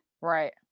right